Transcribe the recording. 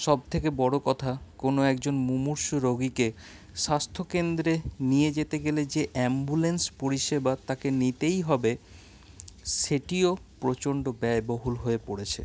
সব থেকে বড় কথা কোনো একজন মুমূর্ষু রোগীকে স্বাস্থ্য কেন্দ্রে নিয়ে যেতে গেলে যে অ্যাম্বুলেন্স পরিষেবা তাকে নিতেই হবে সেটিও প্রচণ্ড ব্যয়বহুল হয়ে পড়েছে